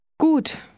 Gut